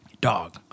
Dog